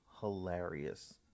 hilarious